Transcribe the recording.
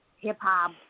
hip-hop